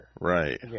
Right